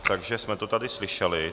Takže jsme to tady slyšeli.